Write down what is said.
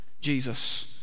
Jesus